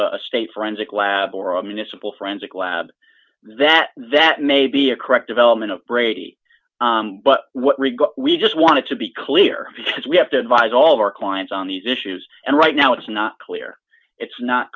state forensic lab or a municipal forensic lab that that may be a correct development of brady but what we just want to be clear because we have to advise all of our clients on these issues and right now it's not clear it's not